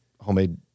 homemade